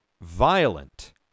violent